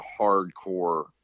hardcore